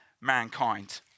mankind